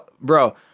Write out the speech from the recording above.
bro